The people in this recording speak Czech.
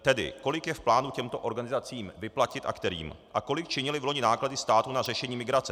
Tedy kolik je v plánu těmto organizacím vyplatit a kterým a kolik činily loni náklady státu na řešení migrace.